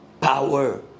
power